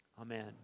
Amen